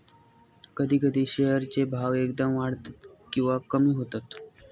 कधी कधी शेअर चे भाव एकदम वाढतत किंवा कमी होतत